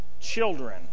children